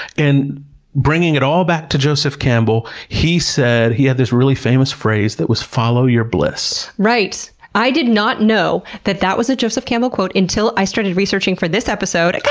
and bringing it all back to joseph campbell, he said, he had this really famous phrase that was, follow your bliss. right! i did not know that that was a joseph campbell quote until i started researching for this episode.